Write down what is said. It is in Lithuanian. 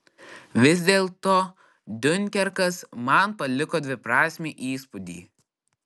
vis dėlto diunkerkas man paliko dviprasmį įspūdį